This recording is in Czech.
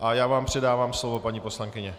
A já vám předávám slovo, paní poslankyně.